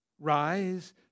Rise